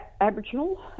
Aboriginal